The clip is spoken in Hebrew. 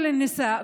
כל הנשים,